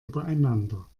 übereinander